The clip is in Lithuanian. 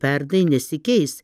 pernai nesikeis